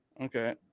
okay